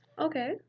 Okay